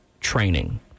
training